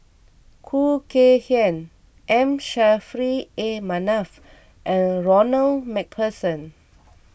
Khoo Kay Hian M Saffri A Manaf and Ronald MacPherson